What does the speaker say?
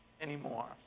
anymore